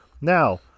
Now